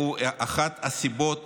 הוא אחת הסיבות